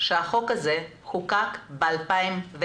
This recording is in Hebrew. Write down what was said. שהחוק הזה נחקק ב-2005.